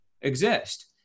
exist